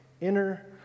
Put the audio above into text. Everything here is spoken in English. inner